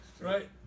Right